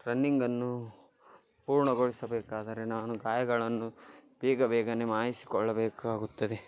ರನ್ನಿಂಗನ್ನು ಪೂರ್ಣಗೊಳಿಸಬೇಕಾದರೆ ನಾನು ಗಾಯಗಳನ್ನು ಬೇಗ ಬೇಗನೆ ಮಾಯಿಸಿಕೊಳ್ಳಬೇಕಾಗುತ್ತದೆ